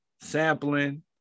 sampling